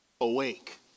awake